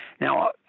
Now